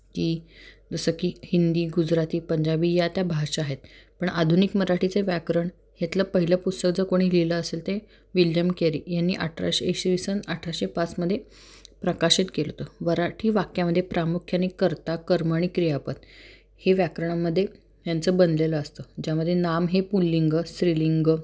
की जसं की हिंदी गुजराती पंजाबी या त्या भाषा आहेत पण आधुनिक मराठीचं व्याकरण ह्यातलं पहिलं पुस्तक जर कोणी लिहिलं असेल ते विल्यम केरी यांनी अठराशे इसवी सन अठराशे पाचमध्ये प्रकाशित केलं होतं मराठी वाक्यामध्ये प्रामुख्याने कर्ता कर्मणी क्रियापद हे व्याकरणामध्ये ह्यांचं बनलेलं असतं ज्यामध्ये नाम हे पुल्लिंग स्त्रीलिंग